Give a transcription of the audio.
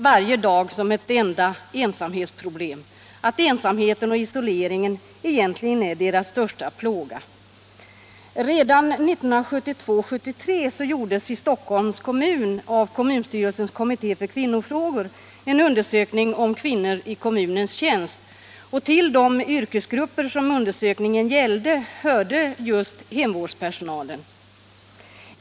Varje dag blir ett enda ensamhetsproblem. Ensamheten och isoleringen är egentligen ålderspensionärernas största plåga. Redan 1972/73 gjordes i Stockholms kommun av kommunstyrelsens kommitté för kvinnofrågor en undersökning om kvinnor i kommunens tjänst. Till de yrkesgrupper som undersökningen gällde hörde just hemvårdspersonalen.